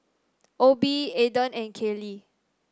Obie Ayden and Kayley